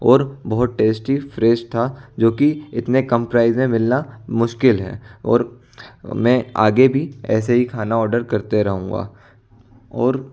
और बहुत tasty fresh था जो कि इतने कम प्राइस में मिलना मुश्किल है और मैं आगे भी ऐसे ही खाना ऑर्डर करते रहूँगा और